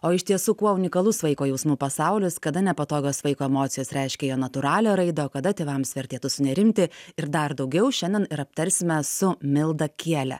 o iš tiesų kuo unikalus vaiko jausmų pasaulis kada nepatogios vaiko emocijos reiškia jo natūralią raidą o kada tėvams vertėtų sunerimti ir dar daugiau šiandien ir aptarsime su milda kiele